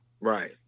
right